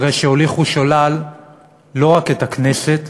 הרי שהוליכו שולל לא רק את הכנסת